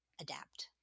adapt